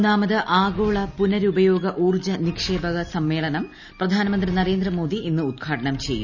മൂന്നാമത് ആഗോള പുനരുപയോഗ ഊർജ്ജ നിക്ഷേപക സമ്മേളനം പ്രധാനമന്ത്രി നരേന്ദ്രമോദി ഇന്ന് ഉദ്ഘാടനം ചെയ്യും